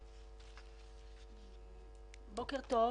בוקר טוב.